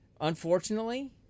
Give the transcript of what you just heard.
unfortunately